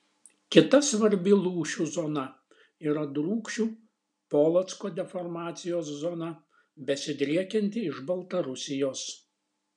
kita svarbi lūžių zona yra drūkšių polocko deformacijos zona besidriekianti iš baltarusijos